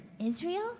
Israel